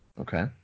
okay